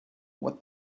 what